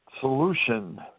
solution